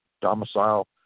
domicile